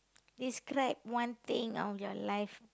describe one thing on your life